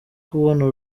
kubona